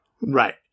Right